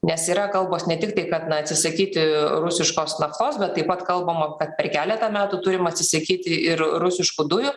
nes yra kalbos ne tik tai kad neatsisakyti rusiškos naftos bet taip pat kalbama kad per keletą metų turim atsisakyti ir rusiškų dujų